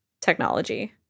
technology